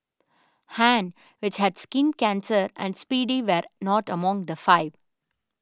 Han which had skin cancer and Speedy were not among the five